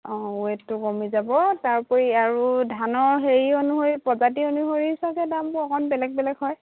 অঁ ৱেটটো কমি যাব তাৰোপৰি আৰু ধানৰ হেৰি অনুসৰি প্ৰজাতি অনুসৰি চাগৈ দামবোৰ অকণ বেলেগ বেলেগ হয়